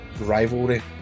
rivalry